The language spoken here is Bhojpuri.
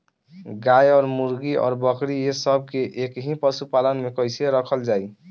गाय और मुर्गी और बकरी ये सब के एक ही पशुपालन में कइसे रखल जाई?